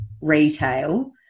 retail